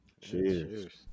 Cheers